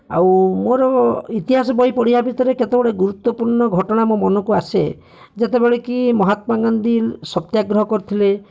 ଆଉ ମୋର ଇତିହାସ ବହି ପଢ଼ିବା ଭିତରେ କେତେଗୁଡ଼ିଏ ଗୁରୁତ୍ୱପୂର୍ଣ୍ଣ ଘଟଣା ମୋ ମନକୁ ଆସେ ଯେତେବେଳେକି ମହାତ୍ମାଗାନ୍ଧୀ ସତ୍ୟାଗ୍ରହ କରିଥିଲେ